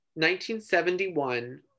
1971